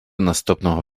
наступного